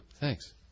Thanks